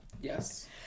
Yes